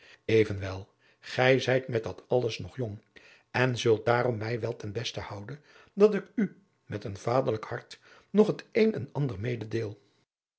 evenwel gij zijt met dat alles nog jong en zult daarom mij wel ten beste houden dat ik u met een vaderlijk hart nog het een en ander